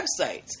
websites